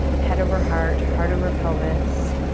head over heart, heart over pelvis.